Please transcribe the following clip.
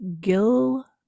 Gil